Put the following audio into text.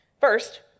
First